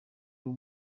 ubu